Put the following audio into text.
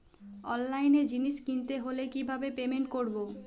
অনলাইনে জিনিস কিনতে হলে কিভাবে পেমেন্ট করবো?